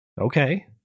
Okay